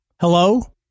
Hello